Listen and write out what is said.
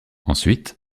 ensuite